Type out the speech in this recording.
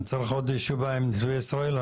אם צריך עוד ישיבה עם נתיבי ישראל,